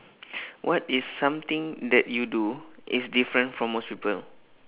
what is something that you do is different from most people